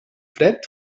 fred